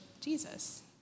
Jesus